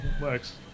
works